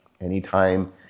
anytime